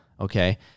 okay